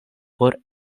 por